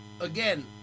again